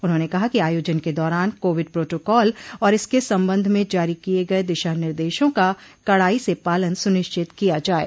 उन्होंने कहा कि आयोजन के दौरान कोविड प्रोटोकाल और इसके संबंध में जारी किए गए दिशा निर्देशों का कड़ाई से पालन सुनिश्चित किया जाये